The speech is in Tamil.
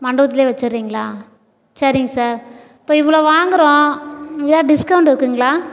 மண்டபத்துலே வச்சிடுறீங்களா சரிங்க சார் இப்போ இவ்வளோ வாங்குறோம் எதாவது டிஸ்கவுண்ட் இருக்குங்களா